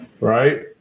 right